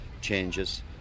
changes